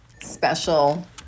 Special